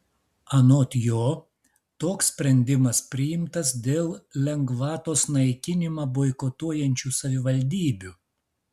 anot jo toks sprendimas priimtas dėl lengvatos naikinimą boikotuojančių savivaldybių